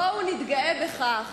בואו נתגאה בכך